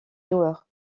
joueurs